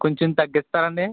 కొంచెం తగ్గిస్తారాండి